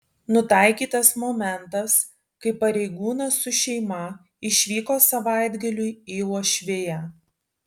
nutaikytas momentas kai pareigūnas su šeima išvyko savaitgaliui į uošviją